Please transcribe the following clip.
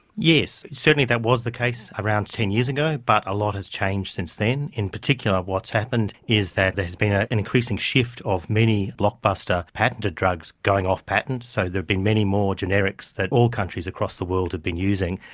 yes. certainly that was the case around ten years ago, but a lot has changed since then. in particular what's happened is that there's been ah an increasing shift of many blockbuster-patented drugs going off patent. so there've been many more generics that all countries across the world have been using,